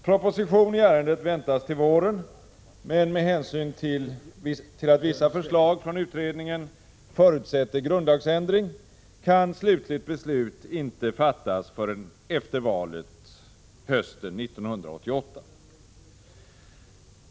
Proposition i ärendet väntas till våren, men med hänsyn till att vissa förslag från utredningen förutsätter grundlagsändring, kan slutligt beslut inte fattas förrän efter valet hösten 1988.